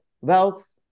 wealth